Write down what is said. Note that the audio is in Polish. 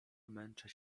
męczę